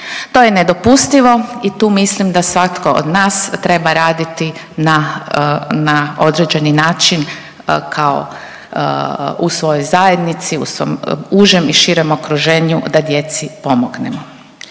to je nedopustivo i tu mislim da svatko od nas treba raditi na, na određeni način kao u svojoj zajednici, u svom užem i širem okruženju da djeci pomognemo.